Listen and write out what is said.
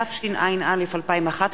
התשע"א 2011,